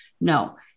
No